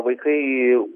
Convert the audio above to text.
vaikai į